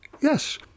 Yes